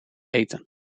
eten